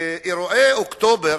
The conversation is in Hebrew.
באירועי אוקטובר,